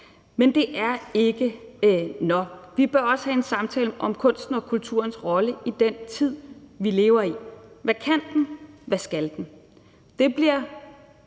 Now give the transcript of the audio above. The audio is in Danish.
Men det er ikke nok. Vi bør også have en samtale om kunstens og kulturens rolle i den tid, vi lever i. Hvad kan den? Hvad skal den? Det bliver